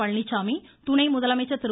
பழனிச்சாமி துணை முதலமைச்சர் திரு